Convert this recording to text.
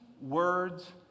words